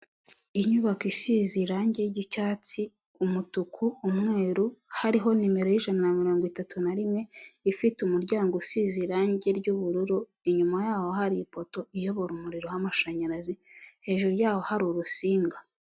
Inyubako isize irangi ry'icyatsi, umutuku, umweru, hariho nimero y'ijana na mirongo itatu na rimwe, ifite umuryango usize irangi ry'ubururu, inyuma yaho hari ipoto iyobora umuriro w'amashanyarazi, hejuru yaho hari urusinga.